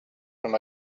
from